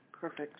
Perfect